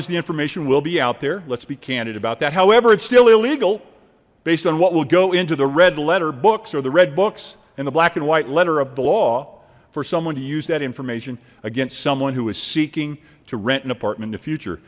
is the information will be out there let's be candid about that however it's still illegal based on what will go into the red letter books or the red books and the black and white letter of the law for someone to use that information against someone who is seeking to rent an apartment the future